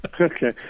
Okay